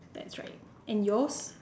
that's right and yours